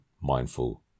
mindful